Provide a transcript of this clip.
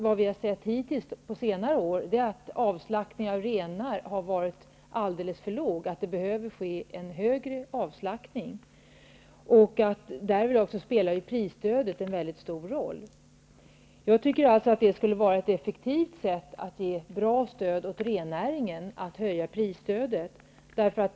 Vad vi har sett på senare år är att avslaktningen av renar har varit alldeles för låg och att det måste ske en större avslaktning. Därvid spelar prisstödet en mycket stor roll. Det skulle vara ett effektivt sätt att ge ett bra stöd åt rennäringen att öka prisstödet.